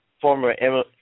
former